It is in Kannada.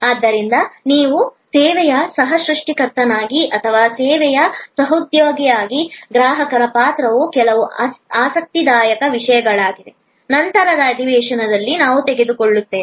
ಆದ್ದರಿಂದ ನೀವು ಸೇವೆಯ ಸಹ ಸೃಷ್ಟಿಕರ್ತನಾಗಿ ಮತ್ತು ಸೇವೆಯ ಸಹೋದ್ಯೋಗಿಯಾಗಿ ಗ್ರಾಹಕರ ಪಾತ್ರವು ಕೆಲವು ಆಸಕ್ತಿದಾಯಕ ವಿಷಯಗಳಾಗಿವೆ ನಂತರದ ಅಧಿವೇಶನದಲ್ಲಿ ನಾವು ತೆಗೆದುಕೊಳ್ಳುತ್ತೇವೆ